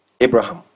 Abraham